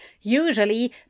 Usually